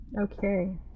Okay